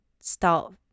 start